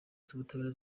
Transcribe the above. z’ubutabera